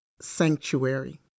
Sanctuary